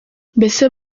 mbese